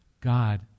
God